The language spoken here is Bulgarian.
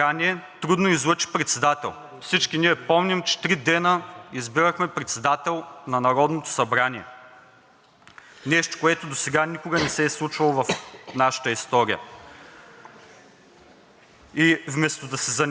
нещо, което досега никога не се е случвало в нашата история. И вместо да се занимаваме с проблемите на българските граждани, то желае да въвлече България в един военен конфликт.